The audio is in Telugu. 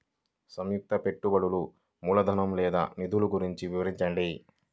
సంయుక్త పెట్టుబడులు మూలధనం లేదా నిధులు గురించి వివరించండి?